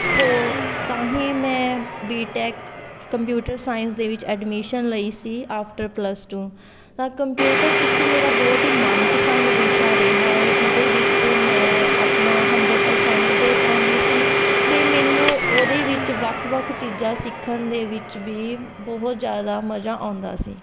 ਸੋ ਤਾਂ ਹੀ ਮੈਂ ਬੀ ਟੈਕ ਕੰਪਿਊਟਰ ਸਾਇੰਸ ਦੇ ਵਿੱਚ ਐਡਮਿਸ਼ਨ ਲਈ ਸੀ ਆਫਟਰ ਪਲੱਸ ਟੂ ਤਾਂ ਕੰਪਿਊਟਰ ਇੱਕ ਮੇਰਾ ਬਹੁਤ ਹੀ ਮਨਪਸੰਦ ਵਿਸ਼ਾ ਰਿਹਾ ਹੈ ਜਿਹਦੇ ਵਿੱਚ ਮੈਂ ਆਪਣਾ ਹੰਡਰਡ ਪ੍ਰਸੈਂਟ ਦੇ ਪਾਉਂਦੀ ਸੀ ਅਤੇ ਮੈਨੂੰ ਉਹਦੇ ਵਿੱਚ ਵੱਖ ਵੱਖ ਚੀਜ਼ਾਂ ਸਿੱਖਣ ਦੇ ਵਿੱਚ ਵੀ ਬਹੁਤ ਜ਼ਿਆਦਾ ਮਜ਼ਾ ਆਉਂਦਾ ਸੀ